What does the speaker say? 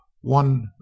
one